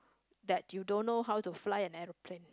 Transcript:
that you don't know how to fly an airplane